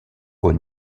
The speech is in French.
aux